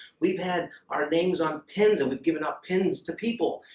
we've had our names on pens and we've given out pens to people.